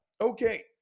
Okay